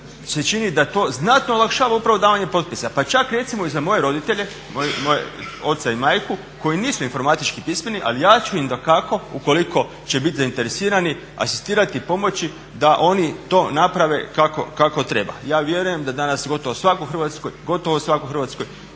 se čini da to znatno olakšava upravo davanje potpisa, pa čak recimo i za moje roditelje, oca i majku koji nisu informatički pismeni ali ja ću im dakako ukoliko će biti zainteresirani asistirati i pomoći da oni to naprave kako treba. Ja vjerujem da danas gotovo svatko u Hrvatskoj ima nekoga tko